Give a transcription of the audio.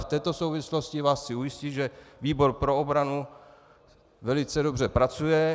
V této souvislosti vás chci ujistit, že výbor pro obranu velice dobře pracuje.